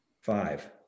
Five